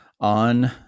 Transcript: on